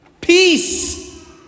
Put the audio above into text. Peace